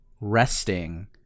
resting